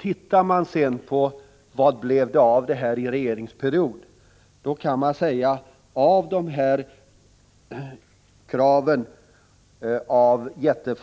Tittar vi sedan på vad det blev av önskemålen under regeringsperioden kan vi säga: Av kraven av ”-jätten”